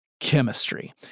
chemistry